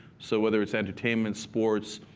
so whether it's entertainment, sports,